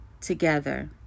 together